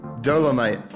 Dolomite